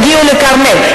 תגיעו לכרמל?